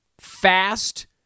fast